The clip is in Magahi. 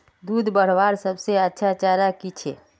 दूध बढ़वार सबसे अच्छा चारा की छे?